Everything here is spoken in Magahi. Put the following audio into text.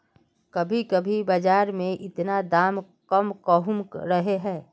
कभी कभी बाजार में इतना दाम कम कहुम रहे है?